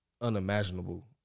unimaginable